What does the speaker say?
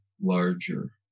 larger